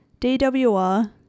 DWR